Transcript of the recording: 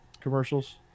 commercials